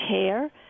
care